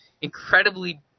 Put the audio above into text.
incredibly